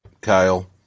Kyle